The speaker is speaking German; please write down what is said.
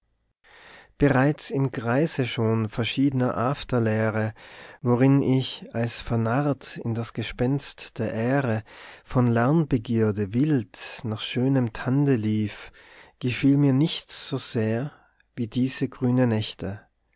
bereits im kreise schon verschiedner afterlehre worin ich als vernarrt in das gespenst der ehre von lernbegierde wild nach schönem tande lief gefiel mir nichts so sehr wie diese grüne nächte